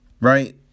right